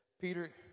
Peter